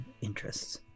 interests